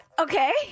okay